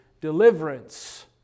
deliverance